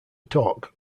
talk